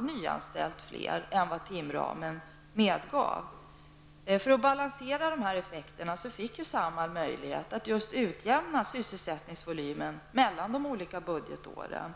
nyanställts fler än vad timramen har medgivit. För att balansera dessa effekter fick Samhall möjlighet att utjämna sysselsättningsvolymen mellan de olika budgetåren.